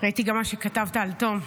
ראיתי גם מה שכתבת על תום.